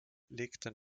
legten